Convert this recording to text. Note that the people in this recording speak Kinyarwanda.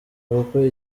kuko